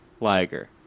Liger